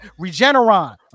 Regeneron